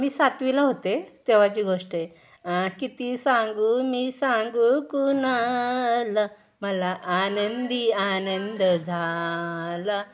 मी सातवीला होते तेव्हाची गोष्ट आहे किती सांगू मी सांगू कुणाला मला आनंदी आनंद झाला